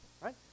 Right